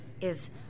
is-